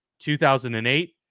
2008